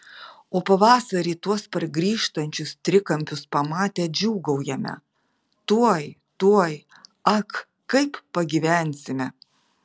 o pavasarį tuos pargrįžtančius trikampius pamatę džiūgaujame tuoj tuoj ak kaip pagyvensime